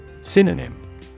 Synonym